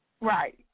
Right